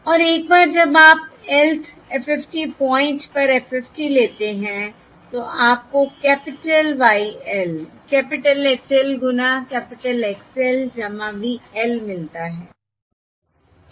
और एक बार जब आप lth FFT पॉइंट पर FFT लेते हैं तो आपको capital Y l capital H l गुना capital X l V l मिलता है ठीक है